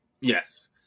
Yes